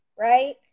right